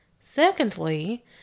Secondly